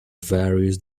various